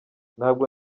ntabwo